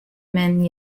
men